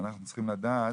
אנחנו צריכים לדעת